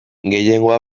gehiengoa